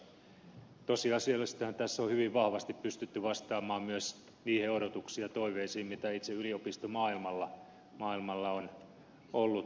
tosiasiallisestihan tässä on hyvin vahvasti pystytty vastaamaan myös niihin odotuksiin ja toiveisiin mitä itse yliopistomaailmalla on ollut